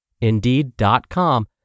Indeed.com